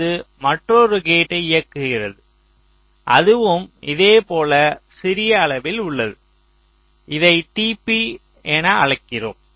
இது மற்றொரு கேட்டை இயக்குகிறது அதுவும் இதே போல சிறிய அளவில் உள்ளது இதை tp என அழைக்கிறோம்